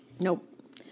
Nope